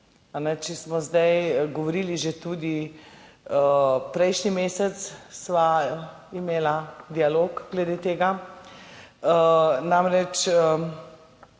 Če smo zdaj govorili, tudi prejšnji mesec sva imela dialog glede tega, tako